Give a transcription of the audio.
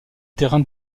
terrain